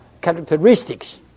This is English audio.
characteristics